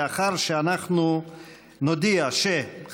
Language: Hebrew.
בוודאי.